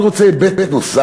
אני רוצה לחשוב על היבט נוסף,